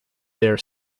their